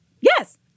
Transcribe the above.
Yes